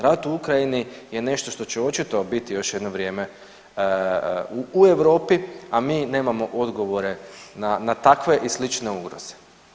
Rat u Ukrajini je nešto što će očito biti još jedno vrijeme u Europi, a mi nemamo odgovore na takve i slične ugroze.